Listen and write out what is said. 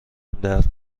درد